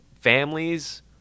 families